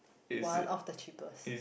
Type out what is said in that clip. one of the cheapest